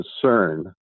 concern